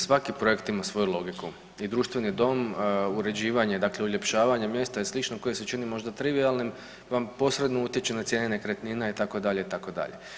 Svaki projekt ima svoju logiku i društveni dom, uređivanje, dakle uljepšavanje mjesta i slično koje se čini možda trivijalnim vam posredno utječe na cijene nekretnina itd. itd.